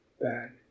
bad